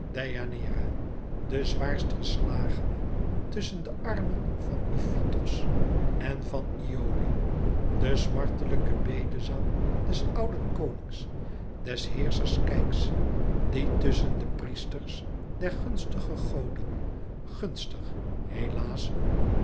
de zwaarst geslagene tusschen de armen van ifitos en van iole de smartelijke bedezang des ouden konings des heerschers keyx die tusschen de priesters der gunstige goden gunstig helaas